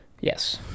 yes